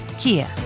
Kia